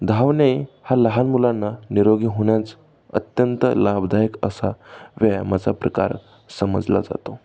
धावणे हा लहान मुलांना निरोगी होण्याचं अत्यंत लाभदायक असा व्यायामाचा प्रकार समजला जातो